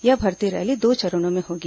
यह भर्ती रैली दो चरणों में होगी